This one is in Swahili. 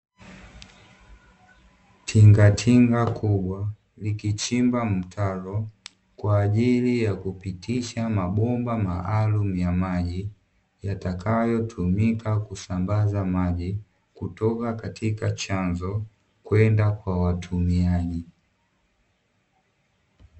Tingatinga kubwa likichimba mtalo kwa ajili ya kupitisha mabomba maalumu ya maji, yatakayotumika kusambaza maji kutoka katika chanzo kwenda kwa watumiaji.